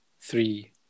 three